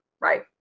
right